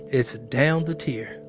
it's down the tier,